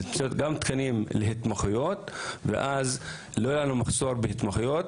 לתת גם תקנים להתמחויות ואז לא יהיה לנו מחסור בהתמחויות.